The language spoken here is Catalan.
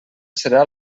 serà